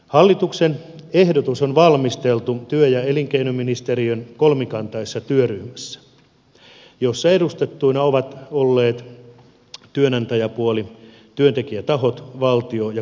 hallituksen ehdotus on valmisteltu työ ja elinkeinoministeriön kolmikantaisessa työryhmässä jossa edustettuina ovat olleet työnantajapuoli työntekijätahot valtio ja kuntasektori